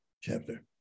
chapter